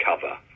cover